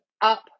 up